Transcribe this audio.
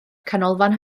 canolfan